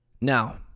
Now